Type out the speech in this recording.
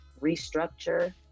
restructure